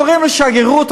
קוראים לשגרירות,